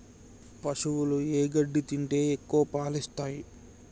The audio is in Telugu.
పశువులు ఏ గడ్డి తింటే ఎక్కువ పాలు ఇస్తాయి?